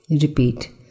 Repeat